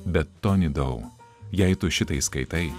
bet toni dau jei tu šitai skaitai